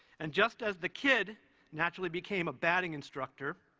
and just as the kid naturally became a batting instructor,